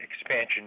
expansion